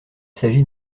s’agit